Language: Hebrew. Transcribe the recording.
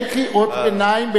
אין קריאות ביניים,